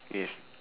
yes